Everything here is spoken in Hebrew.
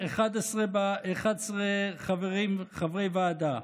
לכחול לבן יש 11 חברי ועדה.